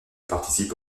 participe